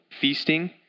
feasting